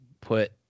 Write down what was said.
put